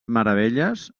meravelles